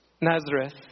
Nazareth